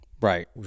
Right